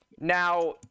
now